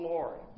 Lord